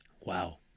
Wow